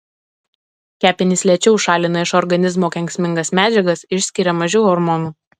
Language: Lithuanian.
kepenys lėčiau šalina iš organizmo kenksmingas medžiagas išskiria mažiau hormonų